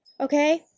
Okay